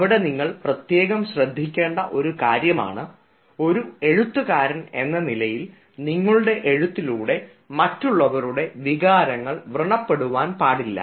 അവിടെ നിങ്ങൾ പ്രത്യേകം ശ്രദ്ധിക്കേണ്ട ഒരു കാര്യമാണ് ഒരു എഴുത്തുകാരൻ എന്ന നിലയിൽ നിങ്ങടെ എഴുത്തിലൂടെ മറ്റുള്ളവരുടെ വികാരങ്ങൾ വ്രണപ്പെടുവാൻ പാടില്ല